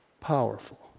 powerful